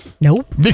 nope